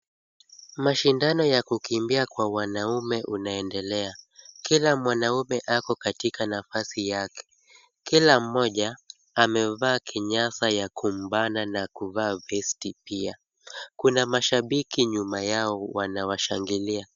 Mashindano ya kukimbia kwa wanaume unaendelea, kila mwanaume Ako katika nafasi yake, Kila mmoja amevaa kinyasa ya kumbana na kuvaa vesti pia. Kuna mashabiki nyuma yao wanawashangilia.